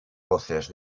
voces